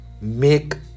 make